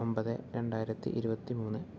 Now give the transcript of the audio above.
ഒമ്പത് രണ്ടായിരത്തി ഇരുപത്തി മൂന്ന്